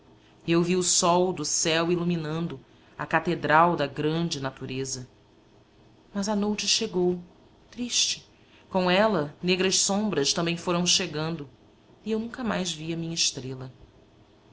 eu vi o sol do céu iluminando a catedral da grande natureza mas a noute chegou triste com ela negras sombras também foram chegando e eu nunca mais vi a minha estrela